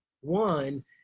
One